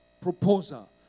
proposal